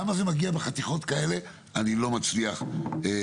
למה זה מגיע בחתיכות כאלה, אני לא מצליח להבין.